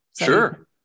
Sure